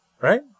Right